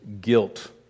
guilt